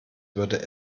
würde